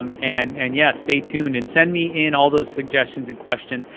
um and and yeah stay tuned. and send me in all those suggestions and questions.